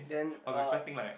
then uh